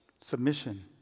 submission